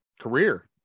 career